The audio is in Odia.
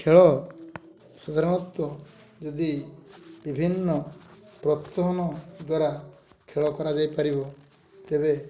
ଖେଳ ସାଧାରଣତଃ ଯଦି ବିଭିନ୍ନ ପ୍ରୋତ୍ସାହନ ଦ୍ୱାରା ଖେଳ କରାଯାଇପାରିବ ତେବେ